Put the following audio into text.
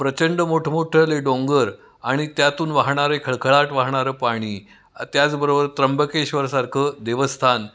प्रचंड मोठमोठाले डोंगर आणि त्यातून वाहणारे खळखळाट वाहणारं पाणी त्याचबरोबर त्रंबकेश्वरसारखं देवस्थान